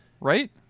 right